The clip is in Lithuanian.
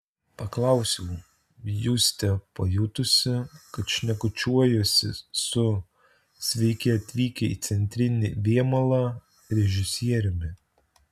paklausiau juste pajutusi kad šnekučiuojuosi su sveiki atvykę į centrinį vėmalą režisieriumi